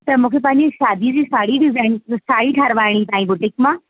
त मूंखे पंहिंजी शादीअ जी साड़ी डिज़ाइन साड़ी ठारिहाइणी तव्हांजी बुटीक मां